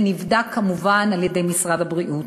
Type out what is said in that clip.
ונבדק כמובן על-ידי משרד הבריאות.